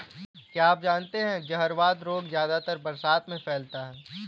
क्या आप जानते है जहरवाद रोग ज्यादातर बरसात में फैलता है?